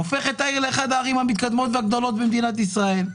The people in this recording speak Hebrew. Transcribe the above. הופך את העיר אשקלון לאחת הערים המתקדמות והגדולות במדינת ישראל.